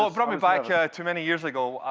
brought me back to many years ago,